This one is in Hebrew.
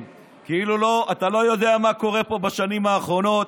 כאילו אתה לא יודע מה קורה פה בשנים האחרונות.